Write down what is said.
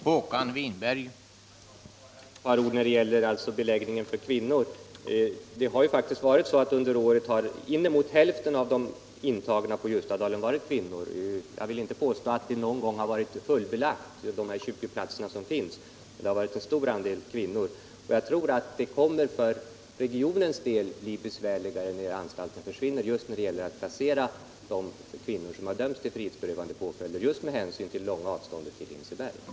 Herr talman! Bara ett par ord om beläggningen när det gäller kvinnor. Under året har faktiskt inemot hälften av de intagna på Ljustadalen varit kvinnor. Jag vill inte påstå att det någon gång varit fullbelagt på de 20 platser som finns, men det har varit en stor andel kvinnor. Jag tror att det för regionens del kommer att bli besvärligare att placera de kvinnor som dömts till frihetsberövande åtgärder, just med hänsyn till det långa avståndet till Hinseberg.